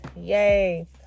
Yay